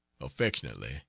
Affectionately